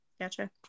gotcha